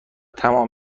تمام